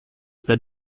that